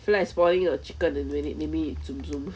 flare is boiling a chicken and may~ maybe zoom zoom